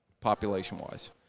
population-wise